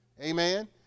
Amen